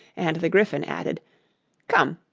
and the gryphon added come,